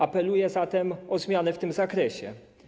Apeluję zatem o zmianę w tym zakresie.